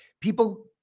people